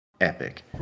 epic